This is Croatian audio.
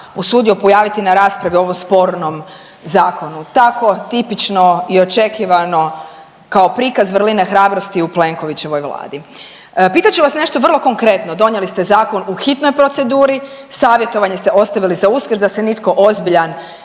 usudio pojaviti na raspravi o ovom spornom zakonu. Tako tipično i očekivano kao prikaz vrline hrabrosti u Plenkovićevoj vladi. Pitat ću vas nešto vrlo konkretno. Donijeli ste zakon u hitnoj proceduri, savjetovanje ste ostavili za Uskrs da se nitko ozbiljan